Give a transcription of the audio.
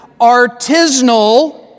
artisanal